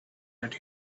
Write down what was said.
that